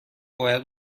باید